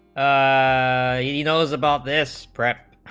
ah had e knows about this spread